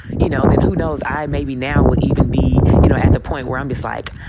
you know, then who knows? i maybe now would even be, you know, at the point where i'm just like,